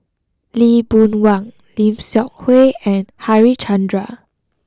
Lee Boon Wang Lim Seok Hui and Harichandra